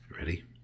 Ready